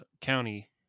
county